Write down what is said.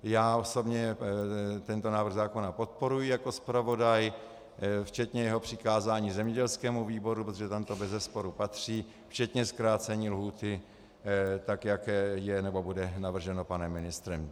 Já osobně tento návrh zákona podporuji jako zpravodaj včetně jeho přikázání zemědělskému výboru, protože tam to bezesporu patří, včetně zkrácení lhůty tak, jak bude navrženo panem ministrem.